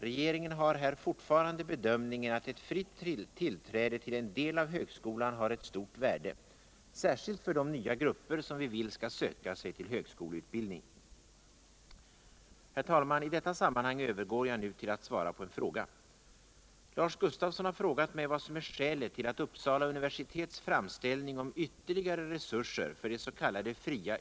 Regeringen har här forufarande bedömningen att ett fritt tilträde ull en del av högskolan har ett stor värde, särskilt för de nya grupper som vi vill skall söka sig ull högskoleutbildning. Herr talman! I deta sammanhang övergår jag tll att svara på en fråga.